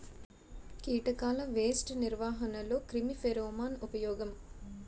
కీటకాల పేస్ట్ నిర్వహణలో క్రిమి ఫెరోమోన్ ఉపయోగం